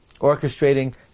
orchestrating